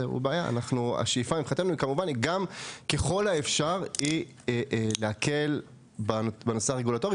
השאיפה מבחינתנו היא להקל ככל האפשר בנושא הרגולטורי,